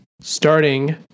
starting